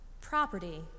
property